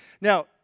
Now